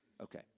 Okay